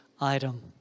item